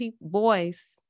boys